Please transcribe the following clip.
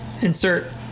insert